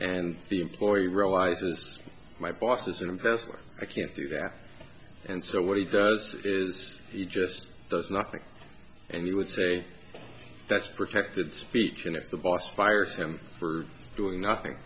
and the employee realizes my boss is an investor i can't do that and so what he does is he just does nothing and he would say that's protected speech and if the boss fires him for doing nothing